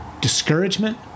discouragement